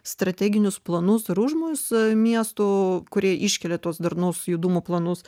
strateginius planus ir užmojus miestų kurie iškelia tuos darnaus judumo planus